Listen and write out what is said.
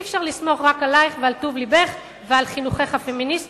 אי-אפשר לסמוך רק עלייך ועל טוב לבך ועל חינוכך הפמיניסטי.